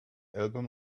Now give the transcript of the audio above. album